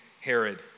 Herod